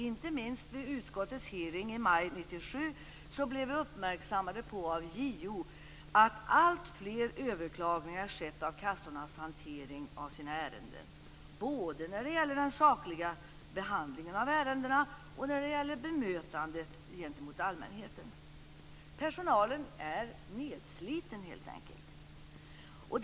Inte minst vid utskottets hearing i maj 1997 blev vi av JO uppmärksammade på att alltfler överklaganden gjorts av kassornas hantering av ärenden, både när det gäller den sakliga behandlingen av ärendena och när det gäller bemötandet av allmänheten. Personalen är helt enkelt nedsliten.